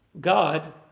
God